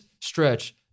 stretch